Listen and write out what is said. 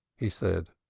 he said.